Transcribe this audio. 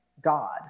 God